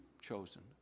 chosen